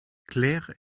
claire